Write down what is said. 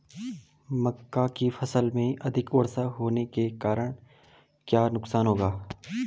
मक्का की फसल में अधिक वर्षा होने के कारण क्या नुकसान होगा?